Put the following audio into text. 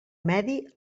medi